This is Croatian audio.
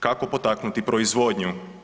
Kako potaknuti proizvodnju?